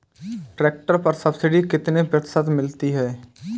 Tractor पर subsidy कितने प्रतिशत मिलती है?